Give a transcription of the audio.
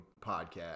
podcast